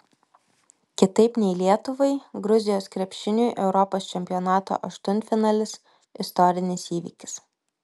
kitaip nei lietuvai gruzijos krepšiniui europos čempionato aštuntfinalis istorinis įvykis